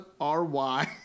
R-Y